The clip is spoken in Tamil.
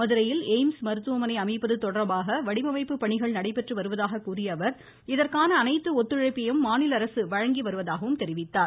மதுரையில் எய்ம்ஸ் மருத்துவமனை அமைப்பது தொடர்பாக வடிவமைப்பு பணிகள் நடைபெற்று வருவதாகக் கூறியஅவர் இதற்கான அனைத்து ஒத்துழைப்பையும் மாநில அரசு வழங்கி வருவதாகவும் கூறினார்